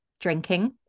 drinking